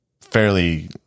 fairly